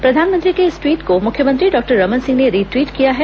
प्रधानमंत्री के इस ट्वीट को मुख्यमंत्री डॉक्टर रमन सिंह ने री ट्वीट किया है